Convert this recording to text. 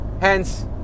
hence